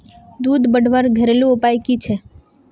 दूध बढ़वार घरेलू उपाय की छे?